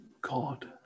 God